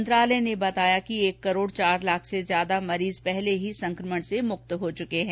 मंत्रालय ने बताया कि एक करोड चार लाख से अधिक मरीज पहले ही इस संक्रमण से स्वस्थ हो चुके हैं